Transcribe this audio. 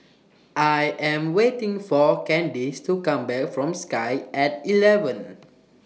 I Am waiting For Candis to Come Back from Sky At eleven